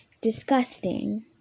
disgusting